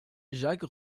jake